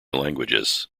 languages